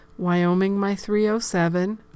wyomingmy307